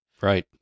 Right